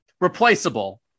replaceable